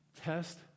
Test